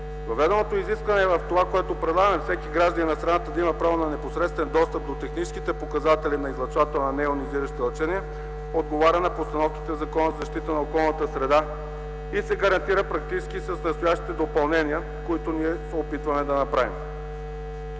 Въведеното изискване в това, което предлагаме, е всеки гражданин на страната да има право на непосредствен достъп до техническите показатели на излъчвател на нейонизиращи лъчения, отговаря на постановките в Закона за защита на околната среда и практически се гарантира с настоящите допълнения, които ние се опитваме да направим.